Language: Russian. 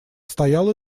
стоял